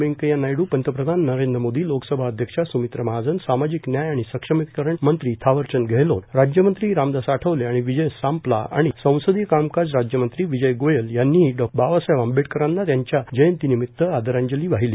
व्यंकऱ्या नायडू पंतप्रधान नरेंद्र मोदी लोकसभा अध्यक्षा स्मित्रा महाजन सामाजिक न्याय आणि सक्षमीकरण मंत्री थावरचंद गहेलोद राज्यमंत्री रामदास आठवले आणि विजय सांपला आणि संसदीय कामकाज राज्यमंत्री विजय गोयल यांनीही डॉ बाबासाहेब आंबेडकरांना त्यांच्या जयंतीनिमित्त आदरांजली वाहिली